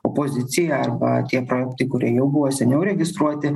opozicija arba tie projektai kurie jau buvo seniau registruoti